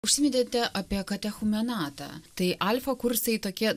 užsiminėte apie katechumenatą tai alfa kursai tokie